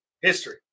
history